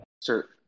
Sir